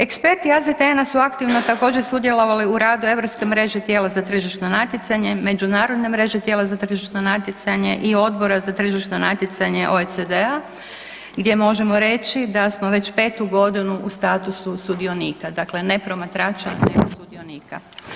Eksperti AZTN-a su aktivno također sudjelovali u radu Europske mreže tijela za tržišno natjecanje, međunarodne mreže tijela za tržišno natjecanje i Odbora za tržišno natjecanje OECD-a gdje možemo reći da smo već 5. g. u statusu sudionika, dakle ne promatrača nego sudionika.